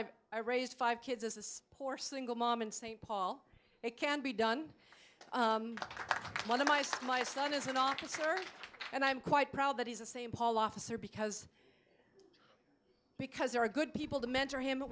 i've raised five kids this poor single mom in st paul it can be done one of my so my son is an artist and i'm quite proud that he's a st paul officer because because there are good people to mentor him but